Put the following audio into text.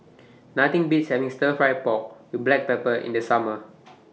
Nothing Beats having Stir Fry Pork with Black Pepper in The Summer